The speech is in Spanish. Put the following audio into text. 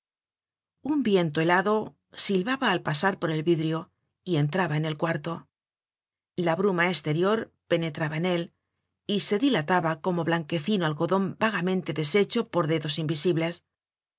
un viento helado silbaba al pasar por el vidrio y entraba en el cuarto la bruma esterior penetraba en él y se dilataba como blanquecino algodon vagamente deshecho por dedos invisibles